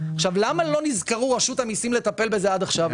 למה לא נזכרו רשות המיסים לטפל בזה עד עכשיו?